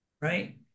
right